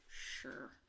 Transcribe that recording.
Sure